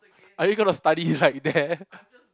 are you gonna study like there